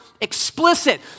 explicit